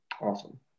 Awesome